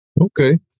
Okay